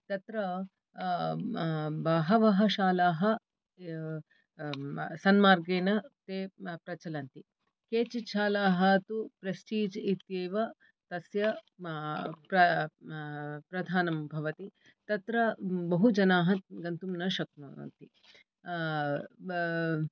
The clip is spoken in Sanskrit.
तत्र बहवः शालाः सन्मार्गेन ते प्रचलन्ति केचित् शालाः तु प्रेस्टीज् इत्येव तस्य प्र प्रधानं भवति तत्र बहु जनाः गन्तुं न शक्नुवन्ति